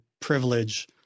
privilege